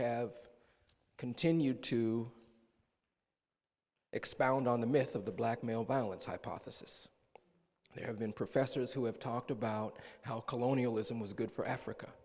have continued to expound on the myth of the black male violence hypothesis there have been professors who have talked about how colonialism was good for africa